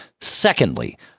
secondly